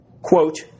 quote